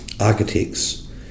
architects